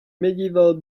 medieval